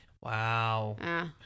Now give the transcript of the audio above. Wow